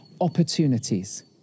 opportunities